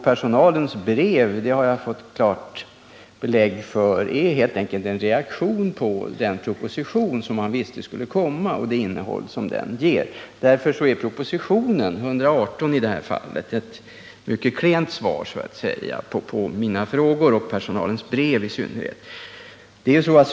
Personalens brev är således — och det har jag fått klart belägg för — helt enkelt en reaktion på innehållet i den proposition som man visste skulle komma. Propositionen 118 är därför ett mycket klent svar på mina frågor och i synnerhet på personalens brev.